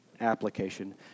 application